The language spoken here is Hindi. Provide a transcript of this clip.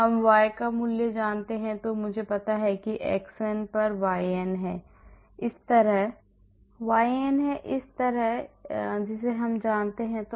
हम y का मूल्य जानते हैं या मुझे पता है कि xn पर yn है इस तरह यह एक जिसे मैं जानता हूं